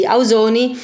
Ausoni